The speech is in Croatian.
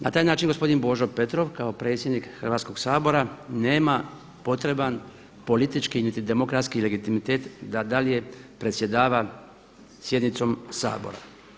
Na taj način gospodin Božo Petrov kao predsjednik Hrvatskog sabora nema potreban politički niti demokratski legitimitet da dalje predsjedava sjednicom Sabora.